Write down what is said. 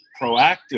proactive